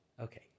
okay